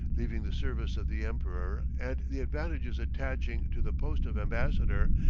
leaving the service of the emperor, and the advantages attaching to the post of ambassador,